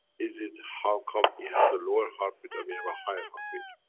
is it, how come it has a lower heartbeat and we have a higher heartbeat?